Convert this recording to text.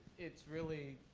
it's really